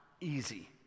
easy